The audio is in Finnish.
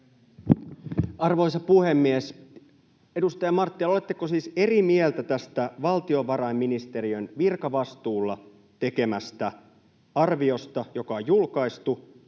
Arvoisa puhemies! Edustaja Marttila, oletteko siis eri mieltä tästä valtiovarainministeriön virkavastuulla tekemästä arviosta — joka on julkaistu